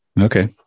Okay